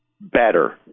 better